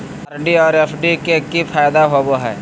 RD और FD के की फायदा होबो हइ?